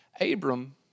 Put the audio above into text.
Abram